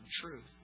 truth